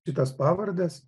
kitas pavardes